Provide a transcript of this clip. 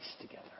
together